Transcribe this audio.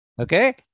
Okay